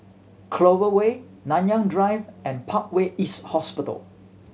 Clover Way Nanyang Drive and Parkway East Hospital